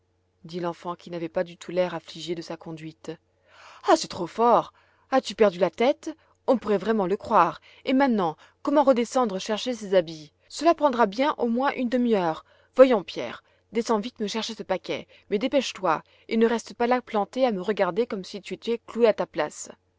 dit l'enfant qui n'avait pas du tout l'air affligée de sa conduite ah c'est trop fort as-tu perdu la tête on pourrait vraiment le croire et maintenant comment redescendre chercher ces habits cela prendra bien au moins une demi-heure voyons pierre descends vite me chercher ce paquet mais dépêche-toi et ne reste pas là planté à me regarder comme si tu étais cloué à ta place